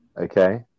okay